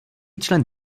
člen